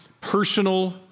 personal